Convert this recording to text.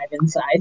inside